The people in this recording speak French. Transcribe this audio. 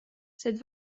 cette